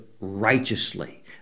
righteously